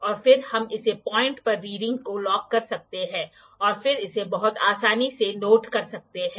और फिर हम इस पाॅइंट पर रीडिंग को लॉक कर सकते हैं और फिर इसे बहुत आसानी से नोट कर सकते हैं